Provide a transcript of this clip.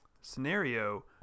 scenario